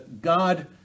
God